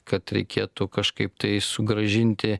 kad reikėtų kažkaip tai sugrąžinti